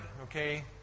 okay